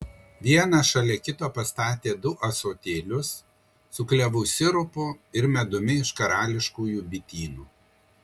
vieną šalia kito pastatė du ąsotėlius su klevų sirupu ir medumi iš karališkųjų bitynų